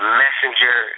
messenger